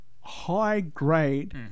high-grade